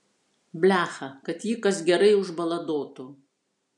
blecha kad jį kas gerai užbaladotų